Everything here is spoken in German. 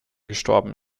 gestorben